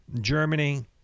Germany